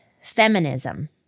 feminism